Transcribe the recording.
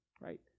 right